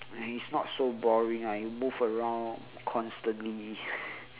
and it's not so boring ah you move around constantly